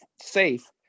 safe